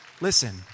Listen